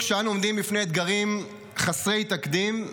כשאנחנו עומדים בפני אתגרים חסרי תקדים,